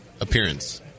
appearance